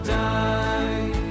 die